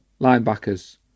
linebackers